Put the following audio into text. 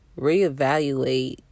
reevaluate